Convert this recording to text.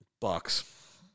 Bucks